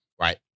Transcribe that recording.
Right